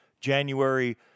January